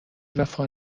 وفا